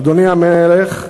אדוני המלך,